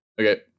Okay